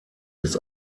des